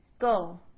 go